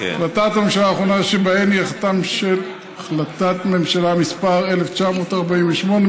החלטת הממשלה האחרונה שבהן היא החלטת ממשלה מס' 1948,